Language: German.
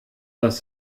das